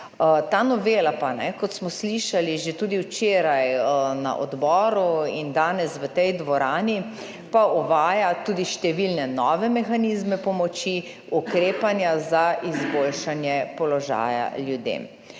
Ta novela pa, kot smo slišali že tudi včeraj na odboru in danes v tej dvorani, pa uvaja tudi številne nove mehanizme pomoči, ukrepanja za izboljšanje položaja ljudem.